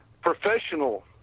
professional